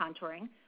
contouring